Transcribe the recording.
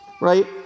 right